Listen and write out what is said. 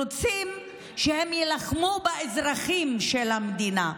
רוצים שהם יילחמו באזרחים של המדינה.